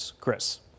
Chris